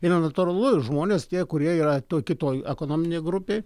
ir natūralu žmonės tie kurie yra toje kitoje ekonominėj grupėj